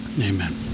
Amen